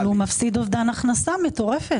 אבל הוא מפסיד אובדן הכנסה מטורפת.